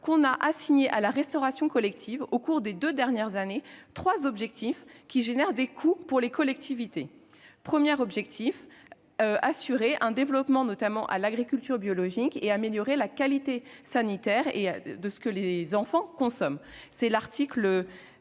qu'on a assigné à la restauration collective au cours des deux dernières années trois objectifs qui entraînent des coûts pour les collectivités. Le premier objectif est d'assurer le développement de l'agriculture biologique et d'améliorer la qualité sanitaire de ce que les enfants consomment, conformément à l'article